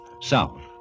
south